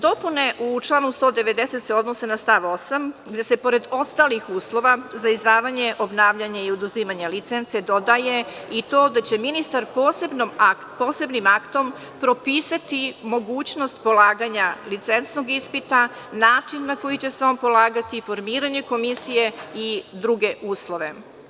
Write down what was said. Dopune u članu 190. se odnose na stav 8, gde se pored ostalih uslova za izdavanje, obnavljanje i oduzimanje licence dodaje i to da će ministar posebnim aktom propisati mogućnost polaganja licencnog ispita, način na koji će se on polagati i formiranje komisije i druge uslove.